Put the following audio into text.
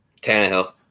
Tannehill